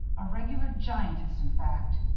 a regular giantess, in fact.